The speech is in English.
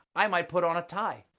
i might put on a tie.